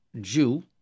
Jew